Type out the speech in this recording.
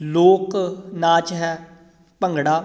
ਲੋਕ ਨਾਚ ਹੈ ਭੰਗੜਾ